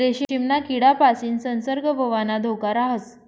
रेशीमना किडापासीन संसर्ग होवाना धोका राहस